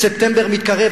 ספטמבר מתקרב,